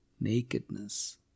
nakedness